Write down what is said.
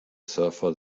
surfer